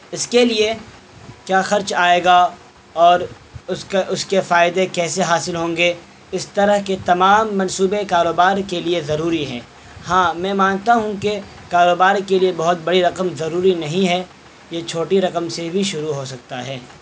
اس کے لیے کیا خرچ آئے گا اور اس اس کے فائدے کیسے حاصل ہوں گے اس طرح کے تمام منصوبے کاروبار کے لیے ضروری ہیں ہاں میں مانتا ہوں کہ کاروبار کے لیے بہت بڑی رقم ضروری نہیں ہے یہ چھوٹی رقم سے بھی شروع ہو سکتا ہے